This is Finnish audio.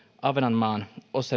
ahvenanmaan